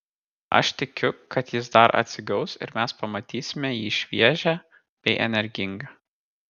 aš tikiu kad jis dar atsigaus ir mes pamatysime jį šviežią bei energingą